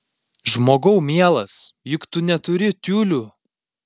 žmogau mielas juk tu neturi tiulių